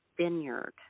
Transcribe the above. vineyard